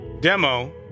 demo